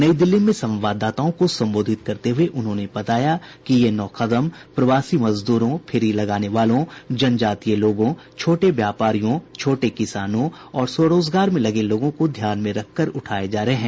नई दिल्ली में संवाददाताओं को संबोधित करते हुए उन्होंने बताया कि ये नौ कदम प्रवासी मजदूरों फेरी लगाने वालों जनजातीय लोगों छोटे व्यापारियों छोटे किसानों और स्व रोजगार में लगे लोगों को ध्यान में रखकर उठाए जा रहे हैं